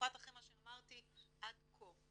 בפרט אחרי מה שאמרתי עד כה.